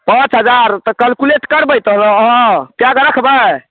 पाँच हजार तऽ कलकुलेट करबै तहन अहाँ कै कऽ रखबै